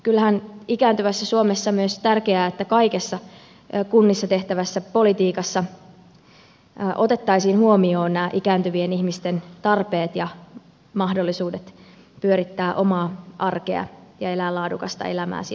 kyllähän ikääntyvässä suomessa myös on tärkeää että kaikessa kunnissa tehtävässä politiikassa otettaisiin huomioon ikääntyvien ihmisten tarpeet ja mahdollisuudet pyörittää omaa arkea ja elää laadukasta elämää kunnassa